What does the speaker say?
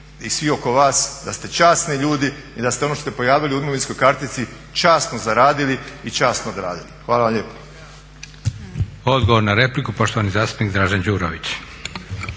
i svi oko vas da ste časni ljudi i da ste ono što ste prijavili u imovinskoj kartici časno zaradili i časno odradili. Hvala vam lijepo.